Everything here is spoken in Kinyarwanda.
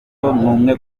numwe